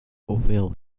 will